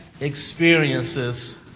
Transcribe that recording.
experiences